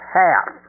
half